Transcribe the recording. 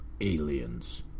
aliens